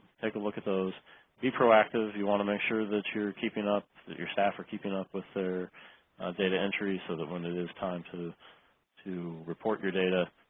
take a look at those be proactive. you want to make sure that you're keeping up your staff or keeping up with their data entry so that when it is time to to report your data